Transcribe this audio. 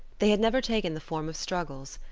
they had never taken the form of struggles.